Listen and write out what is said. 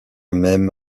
même